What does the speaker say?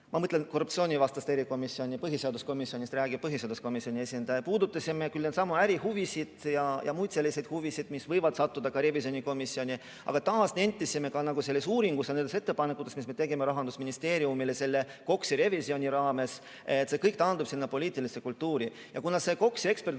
Ma mõtlen korruptsioonivastast erikomisjoni. Põhiseaduskomisjonist räägib põhiseaduskomisjoni esindaja. Me puudutasime sama ärihuvisid ja muid selliseid huvisid, mis võivad sattuda ka revisjonikomisjoni. Aga taas nentisime, nagu ka selles uuringus ja nendes ettepanekutes, mis me tegime Rahandusministeeriumile selle KOKS-i revisjoni raames, et kõik taandub poliitilisele kultuurile. Ja kuna KOKS-i ekspertgrupp